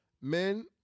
men